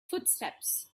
footsteps